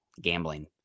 Gambling